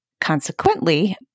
consequently